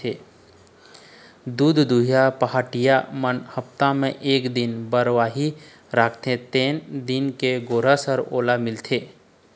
दूद दुहइया पहाटिया मन हप्ता म एक दिन बरवाही राखते तेने दिन के गोरस ह ओला मिलथे